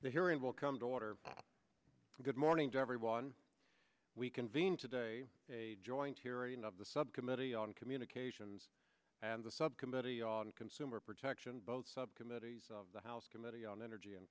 the hearing will come to order good morning to everyone we convened today a joint hearing of the subcommittee on communications and the subcommittee on consumer protection both subcommittees of the house committee on energy and